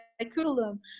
curriculum